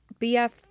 BF